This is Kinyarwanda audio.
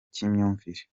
cy’imyumvire